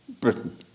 Britain